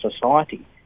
society